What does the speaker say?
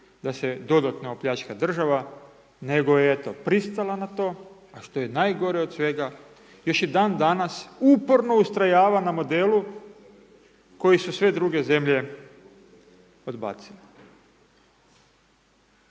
da se dodatno opljačka država, nego eto, pristala na to, a što je najgore od svega, još i dan danas uporno ustrojava na modelu koji su sve druge zemlje odbacile.